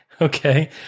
okay